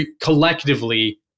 collectively